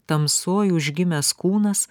tamsoj užgimęs kūnas